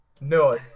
No